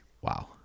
wow